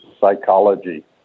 psychology